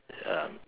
ya